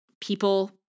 people